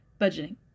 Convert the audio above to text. budgeting